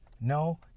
no